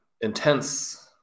intense